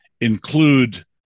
include